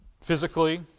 physically